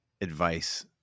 advice